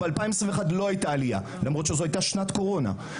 ב-2021 לא הייתה עלייה למרות שזאת הייתה שנת קורונה,